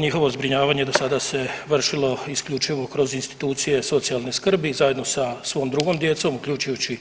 Njihovo zbrinjavanje do sada se vršilo isključivo kroz institucije socijalne skrbi zajedno sa svom drugom djecom uključujući